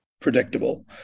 predictable